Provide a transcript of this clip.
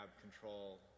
control